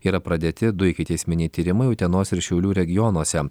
yra pradėti du ikiteisminiai tyrimai utenos ir šiaulių regionuose